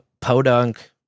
podunk